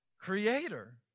creator